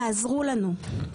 תעזרו לנו.